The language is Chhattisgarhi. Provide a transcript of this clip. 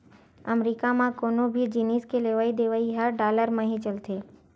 अमरीका म कोनो भी जिनिस के लेवइ देवइ ह डॉलर म ही चलथे